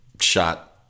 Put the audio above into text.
shot